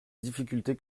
difficulté